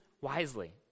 wisely